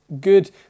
good